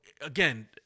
again